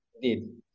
Indeed